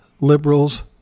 liberals